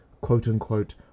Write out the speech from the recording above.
quote-unquote